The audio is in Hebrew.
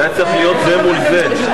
זה היה צריך להיות זה מול זה.